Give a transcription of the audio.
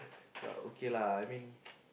but okay lah I mean